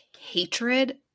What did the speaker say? hatred